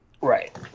Right